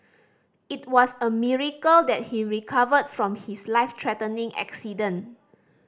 it was a miracle that he recovered from his life threatening accident